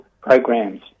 programs